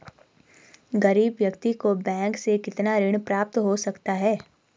गरीब व्यक्ति को बैंक से कितना ऋण प्राप्त हो सकता है?